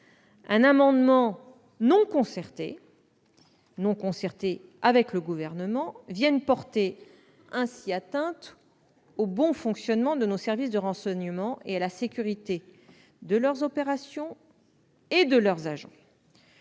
un amendement non concerté avec le Gouvernement vienne porter atteinte au bon fonctionnement de nos services de renseignement et à la sécurité de leurs opérations et de leurs agents.